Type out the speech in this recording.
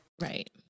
Right